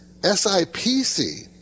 SIPC